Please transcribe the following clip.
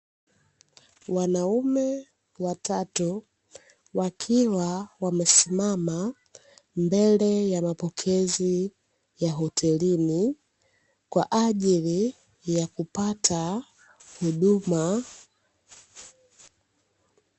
Wanaume watatu wakiwa wamesimama mbele ya mapokezi ya hotelini kwa ajili ya kupata huduma.